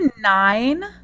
nine